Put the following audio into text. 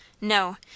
no